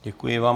Děkuji vám.